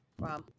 Wow